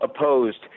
opposed